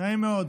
נעים מאוד.